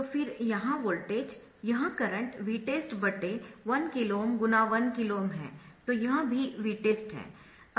तो फिर यहाँ वोल्टेज यह करंट Vtest1KΩ × 1KΩ है तो यह भी Vtest है